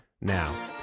Now